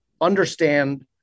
understand